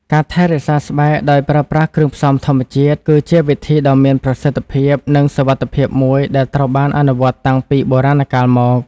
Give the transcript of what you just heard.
ការថែរក្សាស្បែកដោយប្រើប្រាស់គ្រឿងផ្សំធម្មជាតិ គឺជាវិធីដ៏មានប្រសិទ្ធភាព និងសុវត្ថិភាពមួយដែលត្រូវបានអនុវត្តតាំងពីបុរាណកាលមក។